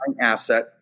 asset